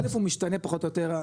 א' הוא משתנה פחות או יותר,